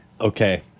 okay